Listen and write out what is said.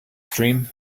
stream